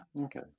Okay